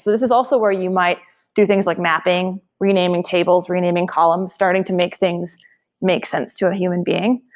this is also where you might do things, like mapping, renaming tables, renaming columns, starting to make things make sense to a human being.